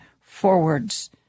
forwards